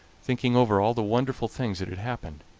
thinking over all the wonderful things that had happened.